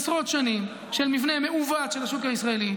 עשרות שנים של מבנה מעוות של השוק הישראלי,